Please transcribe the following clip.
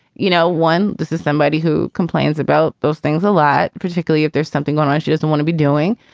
you know, one, this is somebody who complains about those things a lot, particularly if there's something going on she doesn't want to be doing.